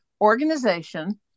organization